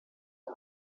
uma